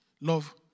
Love